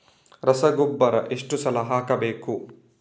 ರಸಗೊಬ್ಬರ ಎಷ್ಟು ಸಲ ಹಾಕಬೇಕು?